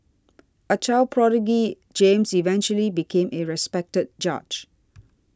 a child prodigy James eventually became a respected judge